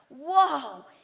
whoa